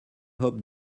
hoped